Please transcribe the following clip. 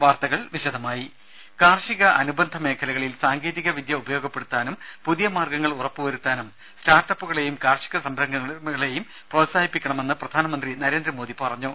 വാർത്തകൾ വിശദമായി അനുബന്ധ മേഖലകളിൽ സാങ്കേതിക വിദ്യ കാർഷിക ഉപയോഗപ്പെടുത്താനും പുതിയ മാർഗങ്ങൾ ഉറപ്പു വരുത്താനും സ്റ്റാർട്ടപ്പുകളേയും കാർഷിക സംരംഭങ്ങളേയും പ്രോത്സാഹിപ്പിക്കണമെന്ന് പ്രധാനമന്ത്രി നരേന്ദ്രമോദി പറഞ്ഞു